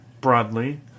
broadly